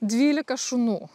dvylika šunų